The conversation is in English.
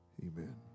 Amen